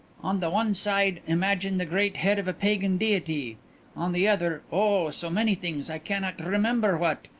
on the one side imagine the great head of a pagan deity on the other oh, so many things i cannot remember what.